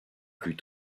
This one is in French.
plus